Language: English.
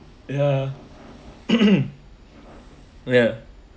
ya ya